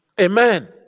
Amen